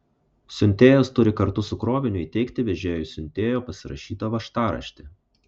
siuntėjas turi kartu su kroviniu įteikti vežėjui siuntėjo pasirašytą važtaraštį